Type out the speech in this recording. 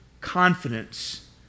confidence